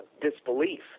disbelief